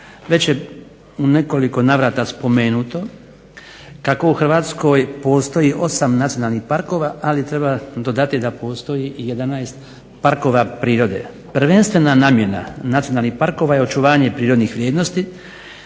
Već je u nekoliko navrata spomenuto kako u Hrvatskoj postoji 8 nacionalnih parkova ali treba dodati da postoji i 11 parkova prirode. Prvenstvena namjena nacionalnih parkova je očuvanje prirodnih vrijednosti,